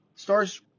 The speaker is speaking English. stars